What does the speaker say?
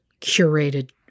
curated